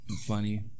funny